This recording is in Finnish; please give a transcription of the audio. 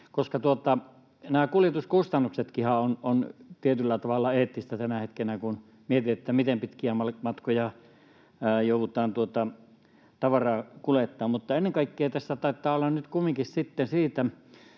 Nämä kuljetuskustannuksetkinhan ovat tietyllä tavalla eettisiä tänä hetkenä, kun miettii, miten pitkiä matkoja joudutaan tavaraa kuljettamaan. Ennen kaikkea tässä taitaa olla nyt kumminkin kyse siitä,